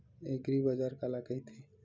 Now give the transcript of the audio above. एग्रीबाजार काला कइथे?